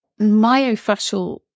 myofascial